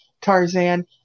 Tarzan